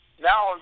Now